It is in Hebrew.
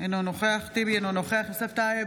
אינה נוכחת יצחק שמעון וסרלאוף,